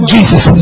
Jesus